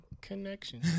connection